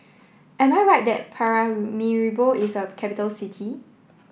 am I right that Paramaribo is a capital city